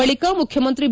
ಬಳಿಕ ಮುಖ್ಯಮಂತ್ರಿ ಬಿ